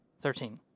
thirteen